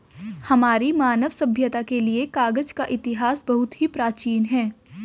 हमारी मानव सभ्यता के लिए कागज का इतिहास बहुत ही प्राचीन है